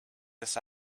this